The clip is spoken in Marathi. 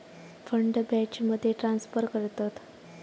फंड बॅचमध्ये ट्रांसफर करतत